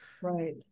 Right